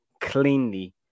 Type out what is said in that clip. cleanly